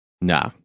Nah